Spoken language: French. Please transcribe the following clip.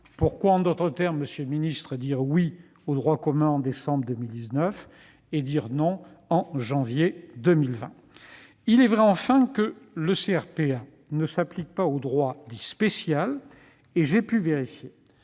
Pourquoi, en d'autres termes, monsieur le secrétaire d'État, dire oui au droit commun en décembre 2019 et dire non en janvier 2020 ? Il est vrai, enfin, que le CRPA ne s'applique pas aux droits dits « spéciaux ». J'ai pu vérifier